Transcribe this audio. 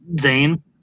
Zane